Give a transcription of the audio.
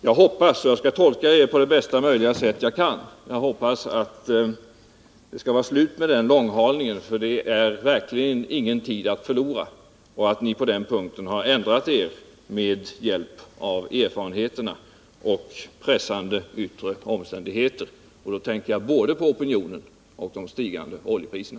Jag skall tolka er på det bästa sätt jag kan, och jag hoppas att det skall vara slut med denna långhalning, för det finns verkligen ingen tid att förlora. Jag hoppas att ni har ändrat er på den punkten med hjälp av erfarenheterna och pressande yttre omständigheter. Då tänker jag både på opinionen och på de stigande oljepriserna.